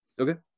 Okay